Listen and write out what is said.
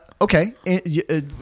Okay